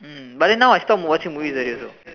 mm but then now I stopped watching movies already also